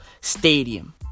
stadium